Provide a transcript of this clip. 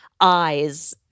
eyes